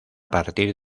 partir